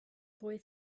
boy